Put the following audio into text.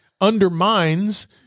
undermines